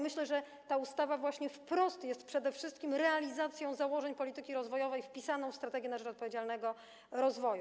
Myślę, że ta ustawa jest właśnie wprost przede wszystkim realizacją założeń polityki rozwojowej wpisaną w „Strategię na rzecz odpowiedzialnego rozwoju”